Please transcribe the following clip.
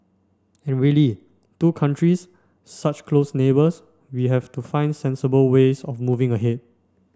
and really two countries such close neighbours we have to find sensible ways of moving ahead